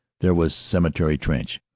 there was cemetery trench,